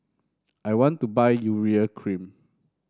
I want to buy Urea Cream